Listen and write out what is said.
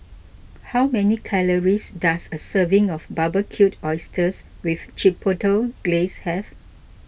how many calories does a serving of Barbecued Oysters with Chipotle Glaze have